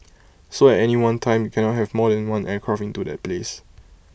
so at any one time you cannot have more than one aircraft into that place